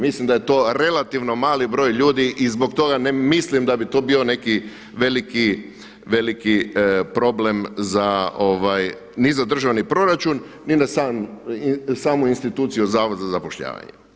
Mislim da je to relativno mali broj ljudi i zbog toga ne mislim da bi to bio neki veliki problem za ni za državni proračun, ni na samu instituciju Zavoda za zapošljavanje.